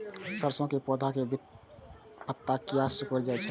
सरसों के पौधा के पत्ता किया सिकुड़ जाय छे?